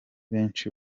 benshi